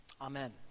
Amen